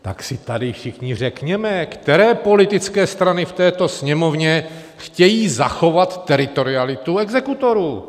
Tak si tady všichni řekněme, které politické strany v této Sněmovně nechtějí zavést teritorialitu exekutorů.